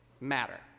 matter